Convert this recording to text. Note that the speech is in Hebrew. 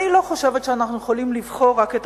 אני לא חושבת שאנחנו יכולים לבחור רק את